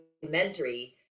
documentary